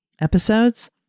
episodes